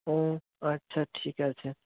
ও আচ্ছা ঠিক আছে